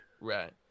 right